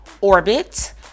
Orbit